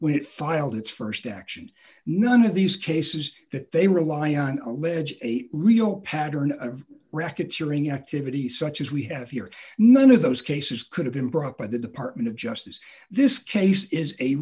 when it filed its st action none of these cases that they rely on allege a real pattern of racketeering activity such as we have here none of those cases could have been brought by the department of justice this case is a